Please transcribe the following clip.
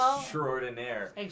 extraordinaire